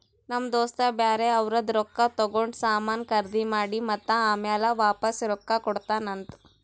ನಮ್ ದೋಸ್ತ ಬ್ಯಾರೆ ಅವ್ರದ್ ರೊಕ್ಕಾ ತಗೊಂಡ್ ಸಾಮಾನ್ ಖರ್ದಿ ಮಾಡಿ ಮತ್ತ ಆಮ್ಯಾಲ ವಾಪಾಸ್ ರೊಕ್ಕಾ ಕೊಡ್ತಾನ್ ಅಂತ್